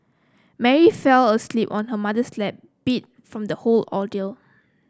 Mary fell asleep on her mother's lap beat from the whole ordeal